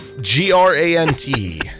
G-R-A-N-T